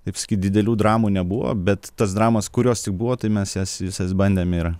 taip sakyt didelių dramų nebuvo bet tas dramas kurios tik buvo tai mes jas visas bandėm ir